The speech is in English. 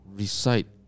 recite